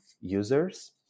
users